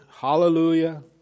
hallelujah